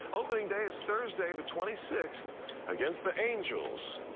hoping day is thursday the twenty sixth against the angels.